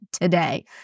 today